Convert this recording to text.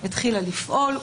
התחילה לפעול,